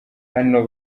hano